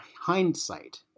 hindsight